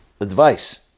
advice